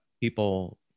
people